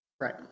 Right